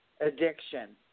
addiction